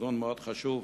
ארגון מאוד חשוב